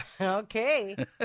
Okay